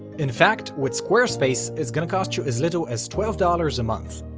in fact, with squarespace it's gonna cost you as little as twelve dollars a month.